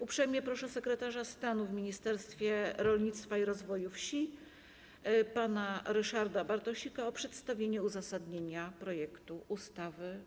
Uprzejmie proszę sekretarza stanu w Ministerstwie Rolnictwa i Rozwoju Wsi pana Ryszarda Bartosika o przedstawienie uzasadnienia projektu ustawy.